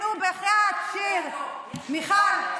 נו, בחיאת, שיר, מיכל,